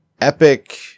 Epic